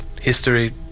history